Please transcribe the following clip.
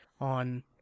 on